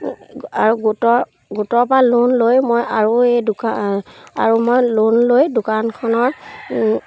আৰু গোটৰ গোটৰ পৰা লোন লৈ মই আৰু এই দোকান আৰু মই লোন লৈ দোকানখনৰ